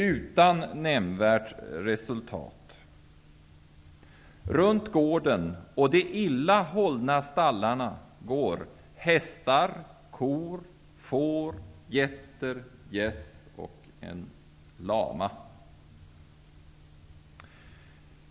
Utan nämnvärt resultat. Runt gården och de illa hållna stallarna går hästar, kor, får, getter, gäss och en lama.